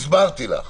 הסברתי לך.